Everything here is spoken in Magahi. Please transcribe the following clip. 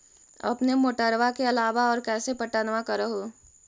अपने मोटरबा के अलाबा और कैसे पट्टनमा कर हू?